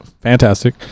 fantastic